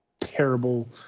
terrible